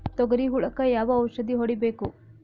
ತೊಗರಿ ಹುಳಕ ಯಾವ ಔಷಧಿ ಹೋಡಿಬೇಕು?